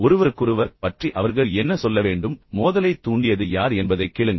ஒருவருக்கொருவர் பற்றி அவர்கள் என்ன சொல்ல வேண்டும் மோதலைத் தூண்டியது யார் என்பதைக் கேளுங்கள்